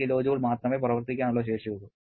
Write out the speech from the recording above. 7 kJ മാത്രമേ പ്രവർത്തിക്കാനുള്ള ശേഷി ഉള്ളൂ